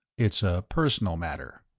it's a personal matter.